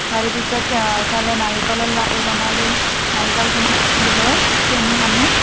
তাৰে পিছত ইফালে নাৰিকলৰ লাৰু বনালে নাৰিকলখিনি দি লৈ চেনি সানি